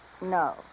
No